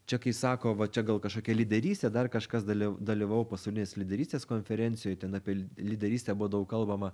čia kai sako va čia gal kažkokia lyderystė dar kažkas dalyv dalyvavau pasaulinės lyderystės konferencijoj ten apie lyderystę buvo daug kalbama